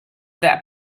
that